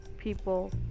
people